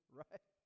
right